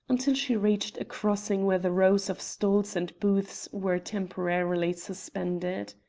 until she reached a crossing where the rows of stalls and booths were temporarily suspended.